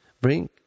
bring